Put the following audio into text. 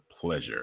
pleasure